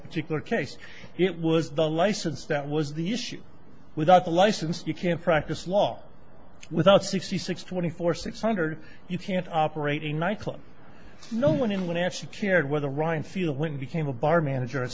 particular case it was the license that was the issue without a license you can't practice law without sixty six twenty four six hundred you can't operate a nightclub no one in one actually cared whether ryan feel when it became a bar manager a